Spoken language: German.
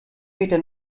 meter